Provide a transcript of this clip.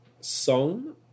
song